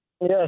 Yes